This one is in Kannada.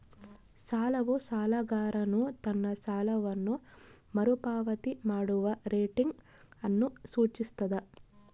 ಸಾಲವು ಸಾಲಗಾರನು ತನ್ನ ಸಾಲವನ್ನು ಮರುಪಾವತಿ ಮಾಡುವ ರೇಟಿಂಗ್ ಅನ್ನು ಸೂಚಿಸ್ತದ